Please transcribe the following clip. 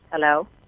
Hello